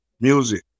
music